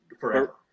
forever